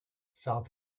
south